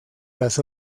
las